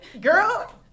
Girl